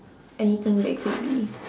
anything that could be